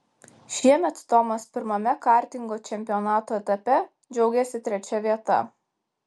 šiemet tomas pirmame kartingo čempionato etape džiaugėsi trečia vieta